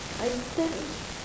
I damn